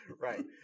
Right